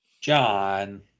John